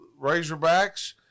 Razorbacks